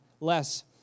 less